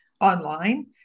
online